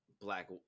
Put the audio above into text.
black